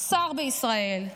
שר בישראל.